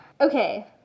Okay